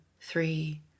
three